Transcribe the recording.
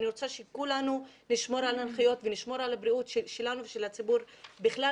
אני רוצה שכולנו נשמור על ההנחיות ועל הבריאות שלנו ושל הציבור בכלל,